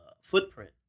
footprint